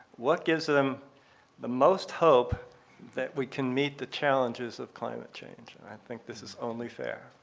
what gives them the most hope that we can meet the challenges of climate change? and i think this is only fair.